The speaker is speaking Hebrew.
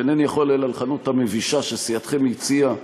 שאינני יכול לכנות אותה אלא מבישה, שסיעתכם הציעה